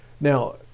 Now